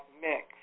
mix